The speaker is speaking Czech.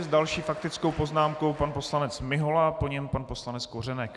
S další faktickou poznámkou pan poslanec Mihola a po něm pan poslanec Kořenek.